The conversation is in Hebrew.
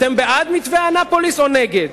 אתם בעד מתווה אנאפוליס, או נגד?